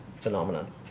phenomenon